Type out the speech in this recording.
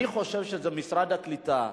אני חושב שמשרד הקליטה,